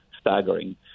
staggering